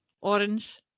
orange